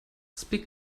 speak